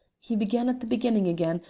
he began at the beginning again,